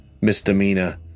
misdemeanor